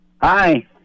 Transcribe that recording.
hi